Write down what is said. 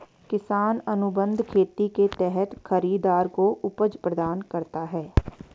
किसान अनुबंध खेती के तहत खरीदार को उपज प्रदान करता है